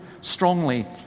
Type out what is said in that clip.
strongly